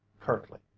Curtly